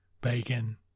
Bacon